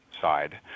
side